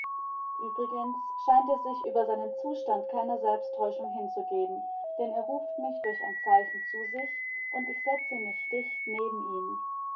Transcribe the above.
uebrigens scheint er sich über seinen zustand keiner selbsttäuschung hinzugeben denn er ruft mich durch ein zeichen zu sich und ich setze mich dicht neben ihn